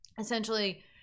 Essentially